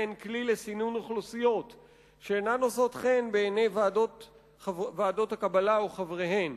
הן כלי לסינון אוכלוסיות שאינן נושאות חן בעיני ועדות הקבלה או חבריהן.